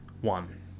One